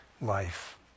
life